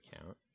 account